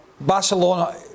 Barcelona